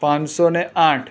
પાંચસો ને આઠ